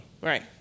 Right